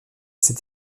cet